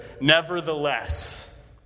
Nevertheless